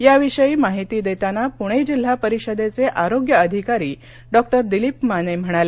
याविषयी माहिती देताना पुणे जिल्हा परिषदेचे आरोग्य अधिकारी डॉक्टर दिलीप माने म्हणाले